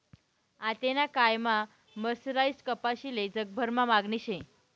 आतेना कायमा मर्सराईज्ड कपाशीले जगभरमा मागणी शे